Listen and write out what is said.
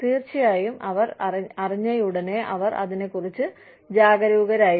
തീർച്ചയായും അവർ അറിഞ്ഞയുടനെ അവർ അതിനെക്കുറിച്ച് ജാഗരൂകരായിരുന്നു